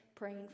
Praying